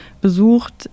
besucht